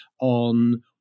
on